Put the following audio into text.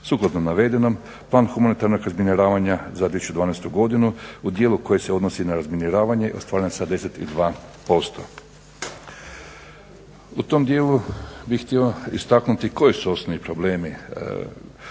Sukladno navedenom, Plan humanitarnog razminiravanja za 2012. godinu u dijelu koji se odnosi na razminiravanje ostvaren je 72%. U tom dijelu bih htio istaknuti koji su osnovni problemi